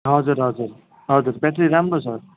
हजुर हजुर हजुर ब्याट्री राम्रो छ